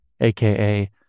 aka